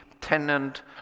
tenant